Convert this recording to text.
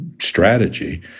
strategy